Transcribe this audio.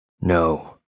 No